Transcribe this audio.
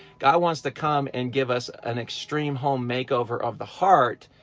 god wants to come and give us an extreme home makeover of the heart,